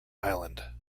island